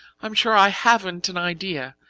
i'm sure i haven't an idea,